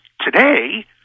today